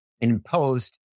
imposed